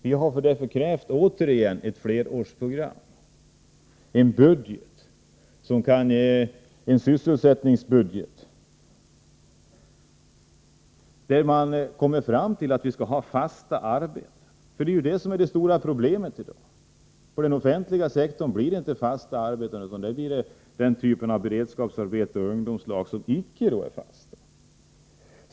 Vi har därför återigen krävt ett flerårsprogram, en sysselsättningsbudget där det slås fast att vi skall ha fasta arbeten. Det är ju detta som är det stora problemet i dag. På den offentliga sektorn blir det inte fasta arbeten, utan ungdomslag och beredskapsarbeten som icke är fasta.